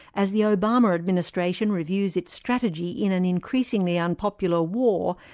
as the obama administration reviews its strategy in an increasingly unpopular war,